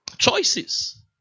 Choices